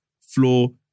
floor